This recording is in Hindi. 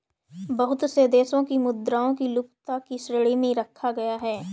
बहुत से देशों की मुद्राओं को लुप्तता की श्रेणी में रखा गया है